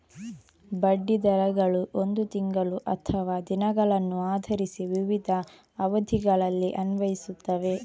ಬಡ್ಡಿ ದರಗಳು ಒಂದು ತಿಂಗಳು ಅಥವಾ ದಿನಗಳನ್ನು ಆಧರಿಸಿ ವಿವಿಧ ಅವಧಿಗಳಲ್ಲಿ ಅನ್ವಯಿಸುತ್ತವೆ